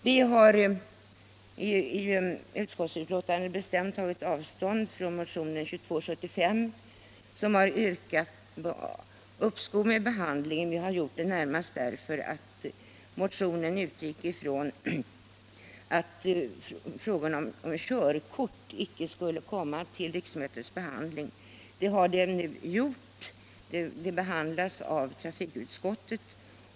Vi har i betänkandet bestämt tagit avstånd från motionen 2275, i vilken yrkas uppskov med behandlingen av propositionen. Motionen utgick ifrån att förslaget till reform av körkortsreglerna icke skulle bli föremål för behandling detta riksmöte. Det har det blivit - det behandlas av trafikutskottet.